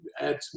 add